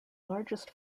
largest